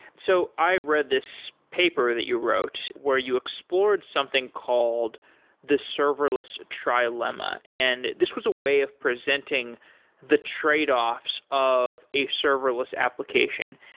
so, i read this paper that you wrote where you explored something called the serverless trilema and this was a way of presenting the tradeoffs of a serverless application.